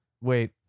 Wait